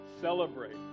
celebrate